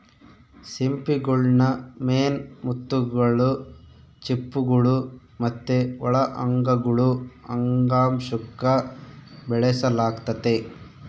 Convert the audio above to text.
ಸಿಂಪಿಗುಳ್ನ ಮೇನ್ ಮುತ್ತುಗುಳು, ಚಿಪ್ಪುಗುಳು ಮತ್ತೆ ಒಳ ಅಂಗಗುಳು ಅಂಗಾಂಶುಕ್ಕ ಬೆಳೆಸಲಾಗ್ತತೆ